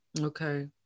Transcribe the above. Okay